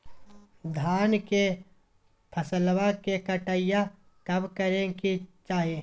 धान के फसलवा के कटाईया कब करे के चाही?